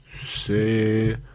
Say